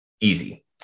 easy